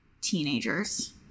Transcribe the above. teenagers